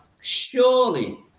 Surely